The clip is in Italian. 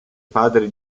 padre